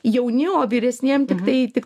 jauni o vyresniem tiktai tik